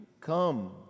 come